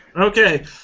Okay